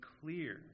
clear